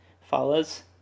follows